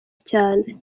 cyane